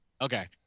Okay